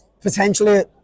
potentially